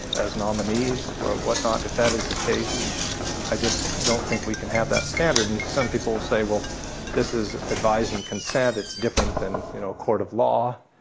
as nominees for what not. if that is the case i just don't think we can have that standard and some people say well this is advise and consent it's different than a you know court of law.